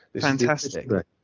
Fantastic